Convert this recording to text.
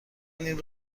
این